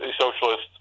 socialists